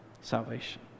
salvation